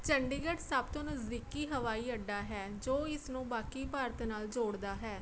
ਚੰਡੀਗੜ੍ਹ ਸਭ ਤੋਂ ਨਜ਼ਦੀਕੀ ਹਵਾਈ ਅੱਡਾ ਹੈ ਜੋ ਇਸ ਨੂੰ ਬਾਕੀ ਭਾਰਤ ਨਾਲ ਜੋੜਦਾ ਹੈ